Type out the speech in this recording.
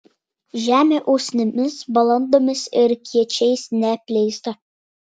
žemė usnimis balandomis ir kiečiais neapleista